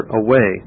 away